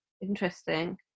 Interesting